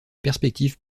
perspective